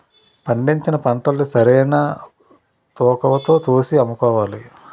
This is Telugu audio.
పండించిన పంటల్ని సరైన తూకవతో తూసి అమ్ముకోవాలి